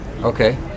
Okay